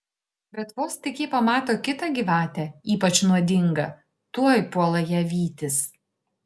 bet vos tik ji pamato kitą gyvatę ypač nuodingą tuoj puola ją vytis